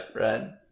Right